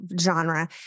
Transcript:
genre